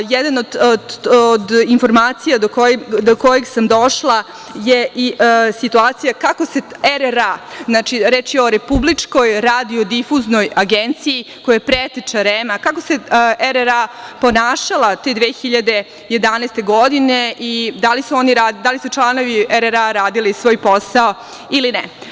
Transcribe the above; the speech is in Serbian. Jedna od informacija do koje sam došla je i situacija kako se RRA, znači reč je o Republičkoj radiodifuznoj agenciji, koja je preteča REM, kako se RRA ponašala te 2011. godine i da li su članovi RRA radili svoj posao ili ne.